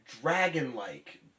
dragon-like